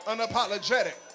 unapologetic